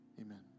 amen